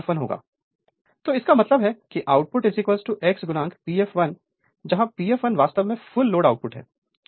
Refer Slide Time 2054 तो इसका मतलब है कि output x P fl P fl वास्तव में फुल लोड आउटपुट है